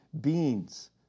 beans